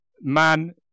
Man